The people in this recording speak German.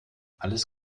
alles